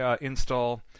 install